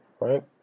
right